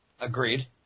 Agreed